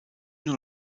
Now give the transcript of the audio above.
nur